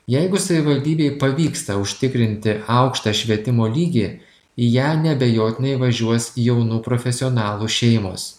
jeigu savivaldybei pavyksta užtikrinti aukštą švietimo lygį į ją neabejotinai važiuos jaunų profesionalų šeimos